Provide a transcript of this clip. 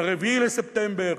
ב-4 בספטמבר,